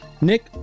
Nick